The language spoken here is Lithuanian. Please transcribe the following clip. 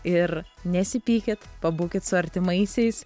ir nesipykit pabūkit su artimaisiais